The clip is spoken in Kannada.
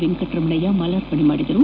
ವೆಂಕಟರಮಣಯ್ಯ ಮಾಲಾರ್ಪಣೆ ಮಾಡಿದರು